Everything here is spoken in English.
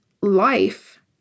life